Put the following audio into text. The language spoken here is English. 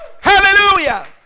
Hallelujah